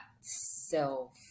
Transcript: self